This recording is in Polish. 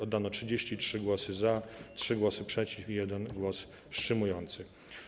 Oddano 33 głosy za, 3 głosy przeciw i 1 głos wstrzymujący.